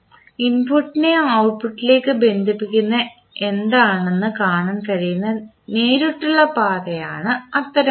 ഇൻപുട്ടിനെ ഔട്ട്പുട്ടിലേക്ക് ബന്ധിപ്പിക്കുന്നതെന്താണെന്ന് കാണാൻ കഴിയുന്ന നേരിട്ടുള്ള പാതയാണ് അത്തരമൊരു പാത